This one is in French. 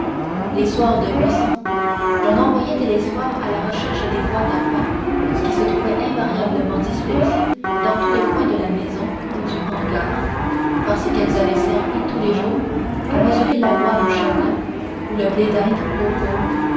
les soirs de cuisson l'on envoyait télesphore la recherche des boîtes à pain qui se trouvaient invariablement dispersées dans tous les coins de la maison ou du hangar parce qu'elles avaient servi tous le jours à mesurer l'avoine au cheval ou le blé d'inde aux poules